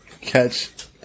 catch